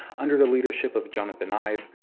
under the leadership of jonathan ive,